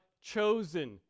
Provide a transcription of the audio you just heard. chosen